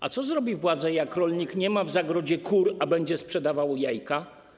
A co zrobi władza, jeśli rolnik nie ma w zagrodzie kur, a będzie sprzedawał jajka?